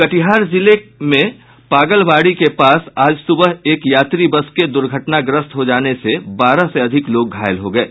कटिहार जिले में पागलबाड़ी के पास आज सुबह एक यात्री बस के दुर्घटनाग्रस्त हो जाने से बारह से अधिक लोग घायल हो गये